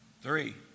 Three